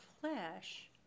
flesh